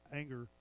anger